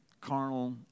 carnal